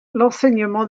l’enseignement